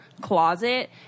closet